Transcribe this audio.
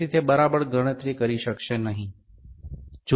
તેથી તે બરાબર ગણતરી કરી શકશે નહીં